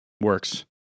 Works